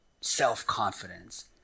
self-confidence